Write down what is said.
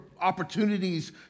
opportunities